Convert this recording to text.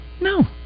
No